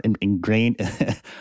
ingrained